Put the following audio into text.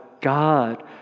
God